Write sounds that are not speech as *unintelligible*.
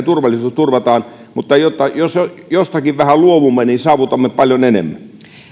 *unintelligible* turvallisuus turvataan mutta jos jostakin vähän luovumme niin saavutamme paljon enemmän